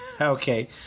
Okay